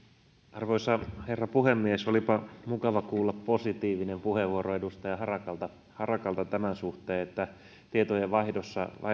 arvoisa herra puhemies olipa mukava kuulla positiivinen puheenvuoro edustaja harakalta harakalta tämän suhteen että tietojenvaihdossa